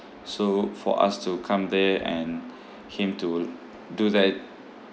so for us to come there and him to do that